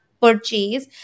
purchase